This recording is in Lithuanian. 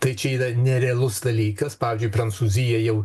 tai čia yra nerealus dalykas pavyzdžiui prancūzija jau